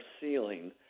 ceiling